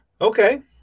Okay